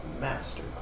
master